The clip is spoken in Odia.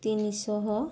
ତିନିଶହ